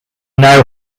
now